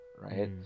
right